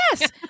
Yes